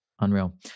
Unreal